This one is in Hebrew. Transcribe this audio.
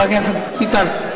חבר הכנסת ביטן.